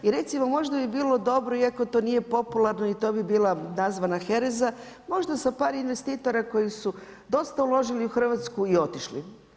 I recimo možda bi bilo dobro iako to nije popularno i to bi bila nazvana hereza, možda par investitora koji su dosta uložili u Hrvatsku i otišli.